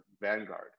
vanguard